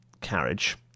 carriage